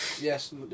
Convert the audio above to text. Yes